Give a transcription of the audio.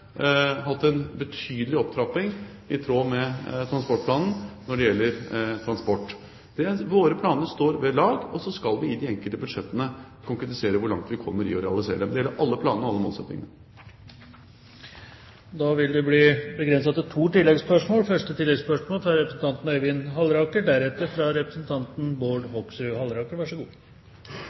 tråd med Nasjonal transportplan, når det gjelder transport. Våre planer står ved lag. Så skal vi i de enkelte budsjettene konkretisere hvor langt vi kommer i å realisere dem. Det gjelder alle planene og alle målsettingene. Det blir gitt anledning til to oppfølgingsspørsmål – først Øyvind Halleraker. Den forrige regjeringen hadde ikke noen felles nasjonal transportplan. Den hadde imidlertid Sem-erklæringen, og den ble oppfylt. Så